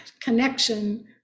connection